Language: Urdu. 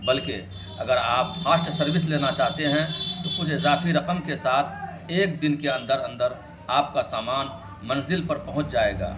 بلکہ اگر آپ فاسٹ سروس لینا چاہتے ہیں تو کچھ اضافی رقم کے ساتھ ایک دن کے اندر اندر آپ کا سامان منزل پر پہنچ جائے گا